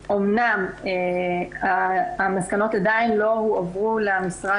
וגם הטופס הזה יוכנס להמלצות כך שאני לא חושבת שאנחנו באותו מקום.